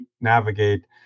navigate